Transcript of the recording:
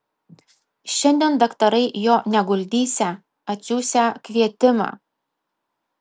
šiandien daktarai jo neguldysią atsiųsią kvietimą